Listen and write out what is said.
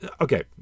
Okay